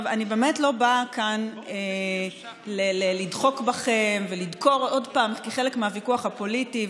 אני באמת לא באה כאן לדחוק בכם ולדקור עוד פעם כחלק מהוויכוח הפוליטי,